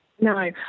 No